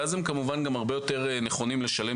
ואז הם כמובן גם הרבה יותר נכונים לשלם